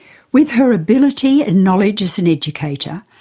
with her ability and knowledge as an educator,